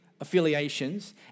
affiliations